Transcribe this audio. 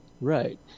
Right